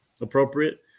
appropriate